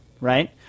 right